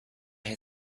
had